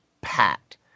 packed